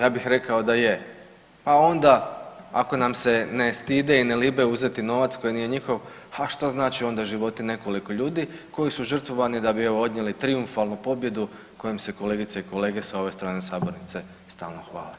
Ja bih rekao da je, a onda ako nam se ne stide i ne libe uzeti novac koji nije njihov, ha šta znači onda životi nekoliko ljudi koji su žrtvovani da bi evo odnijeli trijumfalnu pobjedu kojom se kolegice i kolege s ove strane sabornice stalno hvale.